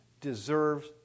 deserves